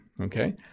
Okay